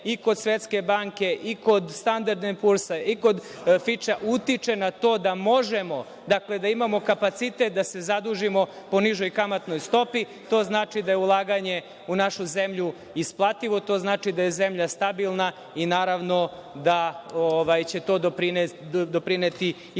i kod Svetske banke i kod „Standard end Pursa“ i kod „Fiča“ utiče na to da možemo da imamo kapacitet da se zadužimo po nižoj kamatnoj stopi, to znači da je ulaganje u našu zemlju isplativo, to znači da je zemlja stabilna i naravno da će to doprineti i daljem